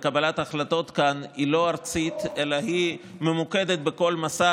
הסמכות בקבלת ההחלטות כאן היא לא ארצית אלא ממוקדת בכל מוסד,